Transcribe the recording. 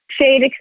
shade